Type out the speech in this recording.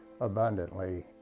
abundantly